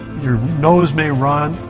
your nose may run,